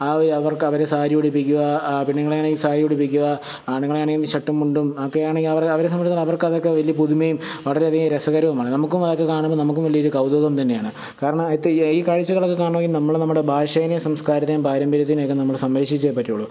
ആ ഒരു അവർക്ക് അവരെ സാരി ഉടുപ്പിക്കുക ആ പെണ്ണുങ്ങളെയാണെങ്കിൽ സാരി ഉടുപ്പിക്കുക ആണുങ്ങളെ ആണെങ്കിൽ ഷർട്ടും മുണ്ടും ഒക്കെയാണ് അവരെ അവർ അവർക്ക് അതൊക്കെ വലിയ പുതുമയും വളരെയധികം രസകരവുമാണ് നമുക്കും അതൊക്കെ കാണുമ്പോൾ നമുക്കും വലിയ ഒരു കൗതുകം തന്നെയാണ് കാരണം ഇത്ര ഈ ഈ കാഴ്ചകളൊക്കെ കാണണമെങ്കിൽ നമ്മൾ നമ്മുടെ ഭാഷയേയും സംസ്കാരത്തെയും പാരമ്പര്യത്തെയും ഒക്കെ നമ്മൾ സംരക്ഷിച്ചേ പറ്റുള്ളു